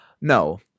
No